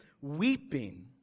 weeping